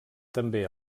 també